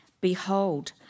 Behold